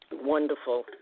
Wonderful